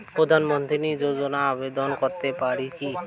প্রধানমন্ত্রী যোজনাতে আবেদন করতে পারি কি?